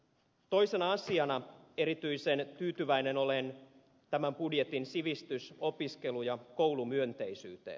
toisena asiana erityisen tyytyväinen olen tämän budjetin sivistys opiskelu ja koulumyönteisyyteen